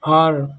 और